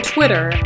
Twitter